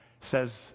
says